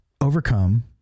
overcome